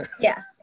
Yes